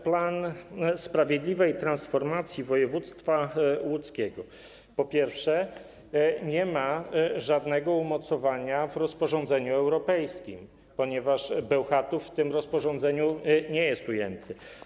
Plan sprawiedliwej transformacji województwa łódzkiego nie ma żadnego umocowania w rozporządzeniu europejskim, ponieważ Bełchatów w tym rozporządzeniu nie jest ujęty.